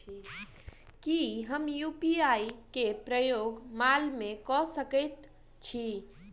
की हम यु.पी.आई केँ प्रयोग माल मै कऽ सकैत छी?